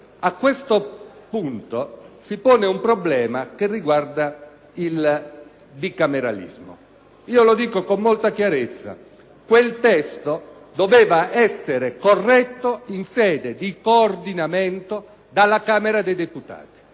A questo punto, si pone un problema che riguarda il bicameralismo. Io lo dico con molta chiarezza: quel testo doveva essere corretto in sede di coordinamento dalla Camera dei deputati